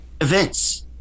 events